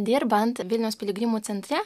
dirbant vilniaus piligrimų centre